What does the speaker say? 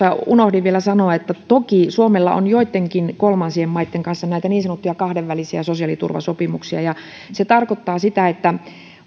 unohdin vielä sanoa että toki suomella on joittenkin kolmansien maitten kanssa näitä niin sanottuja kahdenvälisiä sosiaaliturvasopimuksia se tarkoittaa sitä että